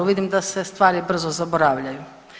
Vidim da se stvari brzo zaboravljaju.